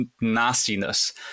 nastiness